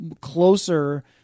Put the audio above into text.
closer